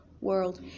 world